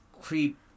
creep